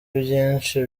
ibyinshi